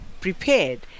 prepared